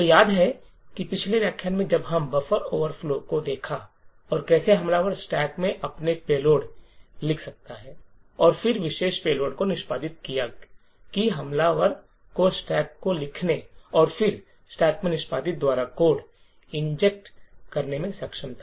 तो याद है कि पिछले व्याख्यान में जब हम बफर ओवरफ्लो को देखा और कैसे हमलावर स्टैक में अपने पेलोड लिखा था और फिर उस विशेष पेलोड को निष्पादित किया कि हमलावर को स्टैक को लिखने और फिर स्टैक में निष्पादित द्वारा कोड इंजेक्ट करने में सक्षम था